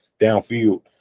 downfield